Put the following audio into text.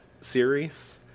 series